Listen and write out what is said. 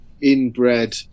inbred